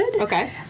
Okay